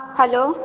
hello